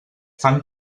fan